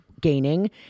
gaining